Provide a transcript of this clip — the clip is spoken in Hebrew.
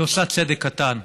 היא עושה צדק קטן.